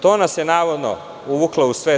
To nas je navodno uvuklo u sve to.